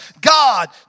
god